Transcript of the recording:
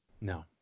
No